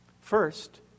First